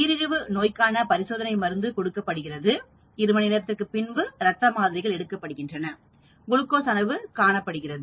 நீரிழிவு நோய்க்கான பரிசோதனை மருந்து கொடுக்கப்படுகிறது 1 மணி நேரத்திற்குப் பின்பு ரத்த மாதிரிகள் எடுக்கப்படுகின்றன குளுக்கோஸ் அளவு காணப்படுகிறது